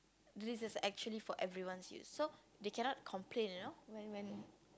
this is actually for everyone's use so they cannot complain you know when when